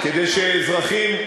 כדי שאזרחים,